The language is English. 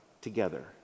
together